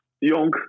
young